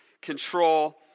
control